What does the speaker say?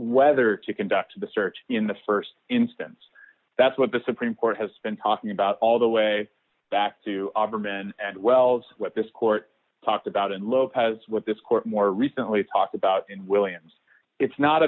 whether to conduct the search in the st instance that's what the supreme court has been talking about all the way back to auburn men and well that's what this court talked about in lopez what this court more recently talked about in williams it's not